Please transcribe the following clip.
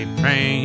pray